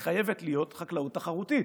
היא גם חייבת להיות חקלאות תחרותית,